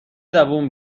دووم